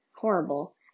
horrible